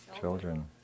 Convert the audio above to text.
children